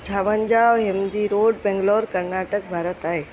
छावंजाहु M G Road Bangalore Karnataka Bharat आहे